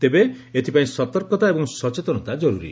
ତେବେ ଏଥିପାଇଁ ସତର୍କତା ଏବଂ ସଚେତନତା କର୍ରରୀ